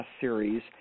series